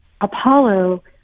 Apollo